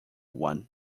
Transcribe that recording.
one